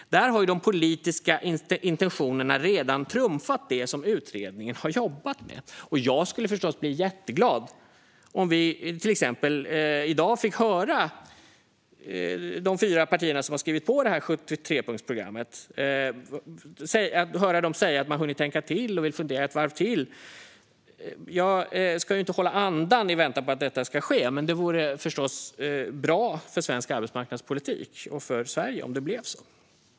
Där har de politiska intentionerna redan trumfat det som utredningen har jobbat med. Jag skulle förstås bli jätteglad om vi till exempel i dag kunde få höra de fyra partier som har skrivit på 73-punktsprogrammet säga att de har tänkt till och vill fundera ett varv till. Jag kommer inte att hålla andan i väntan på att detta ska ske, men det vore förstås bra för svensk arbetsmarknadspolitik och för Sverige om det blir så.